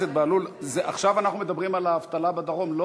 עכשיו אנחנו מדברים על האבטלה בדרום.